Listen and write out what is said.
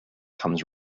comes